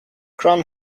crown